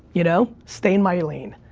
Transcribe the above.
you know? stay in my lane,